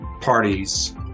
parties